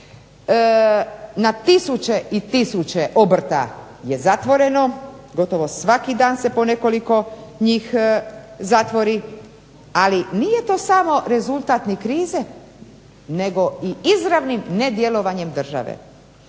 Na tisuće i tisuće obrta je zatvoreno, gotovo svaki dan se po nekoliko njih zatvori, ali nije to samo rezultat ni krize nego i izravnim nedjelovanjem države.